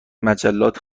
مجلات